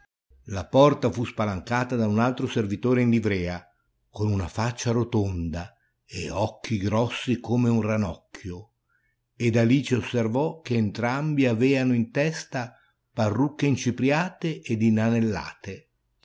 la porta fu spalancata da un altro servitore in livrea con una faccia rotonda e occhi grossi come un ranocchio ed alice osservò che entrambi aveano in testa parrucche incipriate ed inanellate